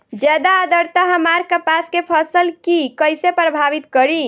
ज्यादा आद्रता हमार कपास के फसल कि कइसे प्रभावित करी?